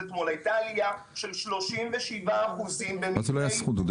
לא הייתה עלייה של 37%. ד"ר